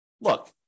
look